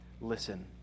listen